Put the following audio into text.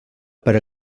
per